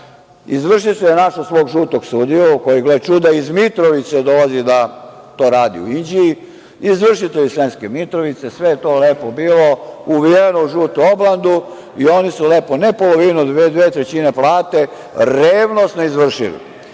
izvršitelj je našao svog žutog sudiju, koji, gle čuda, iz Mitrovice dolazi da to radi u Inđiji, izvršitelj je iz Sremske Mitrovice. Sve je to lepo bilo uvijeno u žutu oblandu i oni su lepo, ne polovinu, nego dve trećine plate revnosno izvršili. Uložio